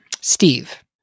Steve